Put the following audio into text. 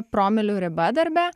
promilių riba darbe